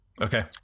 Okay